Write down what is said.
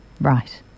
right